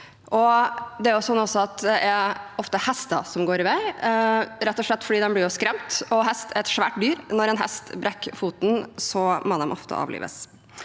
Det er ofte hester som går i vei, rett og slett fordi de blir skremt. Hester er svære dyr, og når en hest brekker foten, må den ofte avlives.